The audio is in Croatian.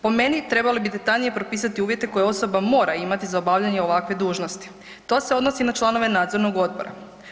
Po meni trebali bi detaljnije propisati uvjete koje osoba mora imati za obavljanje ovakve dužnosti, to se odnosi na i članove nadzornog odbora.